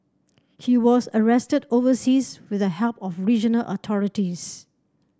he was arrested overseas with the help of regional authorities